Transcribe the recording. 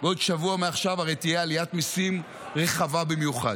הרי בעוד שבוע מעכשיו תהיה עליית מיסים רחבה במיוחד.